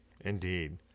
indeed